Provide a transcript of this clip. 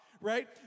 Right